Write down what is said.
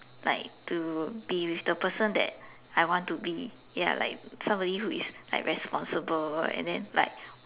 like to be with the person that I want to be ya like somebody who is like responsible and then like